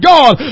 God